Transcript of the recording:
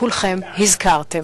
כולכם הזכרתם.